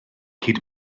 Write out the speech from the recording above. cyd